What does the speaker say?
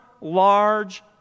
large